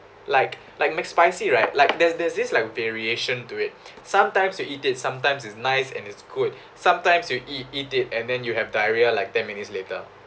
like like mcspicy right like there's there's this like variation to it sometimes you eat it sometimes it's nice and it's good sometimes you eat eat it and then you'll have diarrhea like ten minutes later